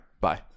Bye